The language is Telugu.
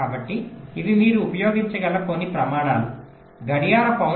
కాబట్టి ఇవి మీరు ఉపయోగించగల కొన్ని ప్రమాణాలు గడియార పౌన